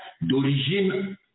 d'origine